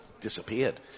disappeared